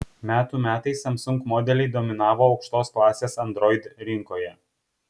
metų metais samsung modeliai dominavo aukštos klasės android rinkoje